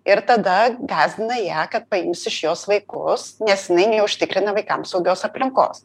ir tada gąsdina ją kad paims iš jos vaikus nes jinai neužtikrina vaikam saugios aplinkos